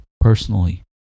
personally